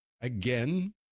Again